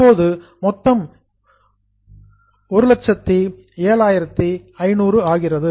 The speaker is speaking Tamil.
இப்போது மொத்தம் 107500 ஆகிறது